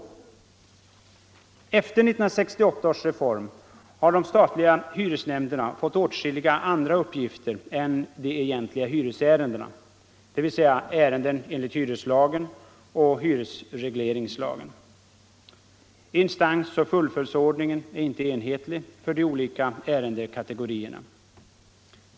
Efter 1968 års reform har de statliga hyresnämnderna fått åtskilliga andra uppgifter än de egentliga hyresärendena, dvs. ärenden enligt hyreslagen och hyresregleringslagen. Instansoch fullföljdsordningen är inte enhetlig för de olika ärendekategorierna.